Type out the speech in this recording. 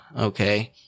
okay